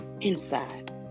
inside